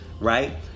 right